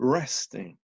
resting